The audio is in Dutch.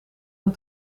aan